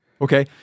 Okay